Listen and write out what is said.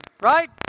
right